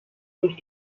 durch